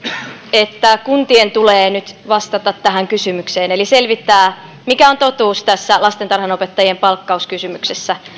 että kuntien tulee nyt vastata tähän kysymykseen eli selvittää mikä on totuus tässä lastentarhanopettajien palkkauskysymyksessä